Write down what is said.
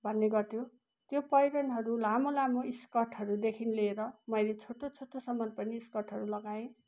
भन्ने गर्थ्यौँ त्यो पहिरनहरू लामो लामो स्कर्टहरूदेखि लिएर मैले छोटो छोटोसम्म पनि स्कर्टहरू लगाएँ